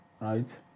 right